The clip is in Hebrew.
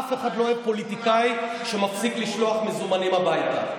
אף אחד לא אוהב פוליטיקאי שמפסיק לשלוח מזומנים הביתה,